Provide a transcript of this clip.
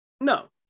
No